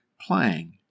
playing